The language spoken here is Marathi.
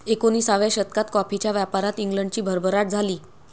एकोणिसाव्या शतकात कॉफीच्या व्यापारात इंग्लंडची भरभराट झाली